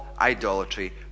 idolatry